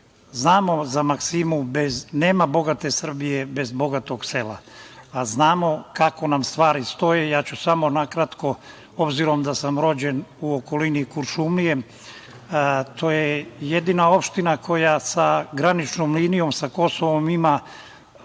Znamo za maksimu, nema bogate Srbije bez bogatog sela, a znamo i kako nam stvari stoje. Samo ću na kratko, obzirom da sam rođen u okolini Kuršumlije, to je jedina opština koja sa graničnom linijom sa Kosovom ima